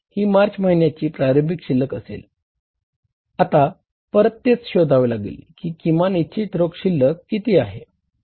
तर ते आहे 5000